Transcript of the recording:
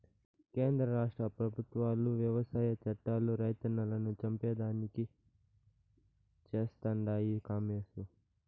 కేంద్ర రాష్ట్ర పెబుత్వాలు వ్యవసాయ చట్టాలు రైతన్నలను చంపేదానికి చేస్తండాయి కామోసు